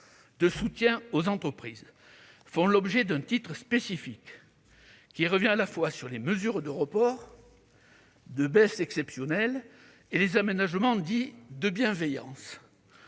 de soutien aux entreprises sont examinés dans un titre spécifique du RPA, qui revient à la fois sur les mesures de report, de baisse exceptionnelle et les aménagements dits de « bienveillance